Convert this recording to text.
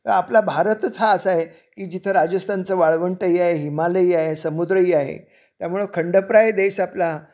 तर आपला भारतच हा असा आहे की जिथं राजस्थानचं वाळवंटही आहे हिमालय समुद्रही आहे त्यामुळं खंडप्राय देश आपला